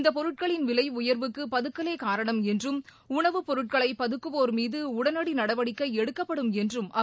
இந்த பொருட்களின் விலை உயர்வுக்கு பதுக்கலே காரணம் என்றும் உணவுப் பொருட்களை பதுக்குவோர் மீது உடனடி நடவடிக்கை எடுக்கப்படும் என்றும் அவர் எச்சரித்தார்